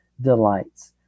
delights